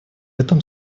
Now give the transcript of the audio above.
этом